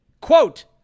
Quote